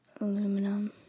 Aluminum